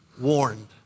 warned